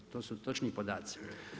To su točni podaci.